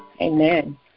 Amen